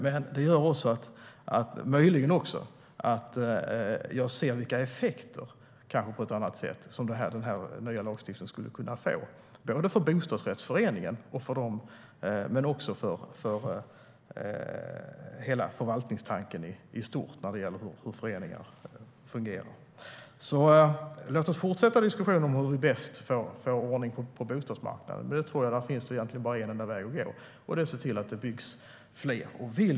Möjligen gör det också att jag på ett annat sätt ser vilka effekter en ny lagstiftning skulle kunna få både för bostadsrättsföreningarna och för förvaltningstanken i stort, hur föreningar fungerar. Låt oss fortsätta diskussionen om hur vi bäst får ordning på bostadsmarknaden. Där finns egentligen bara en väg att gå, att se till att det byggs fler hyresrätter.